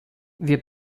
wie